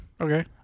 Okay